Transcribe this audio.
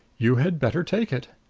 you had better take it.